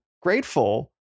grateful